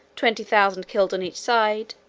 twenty thousand killed on each side,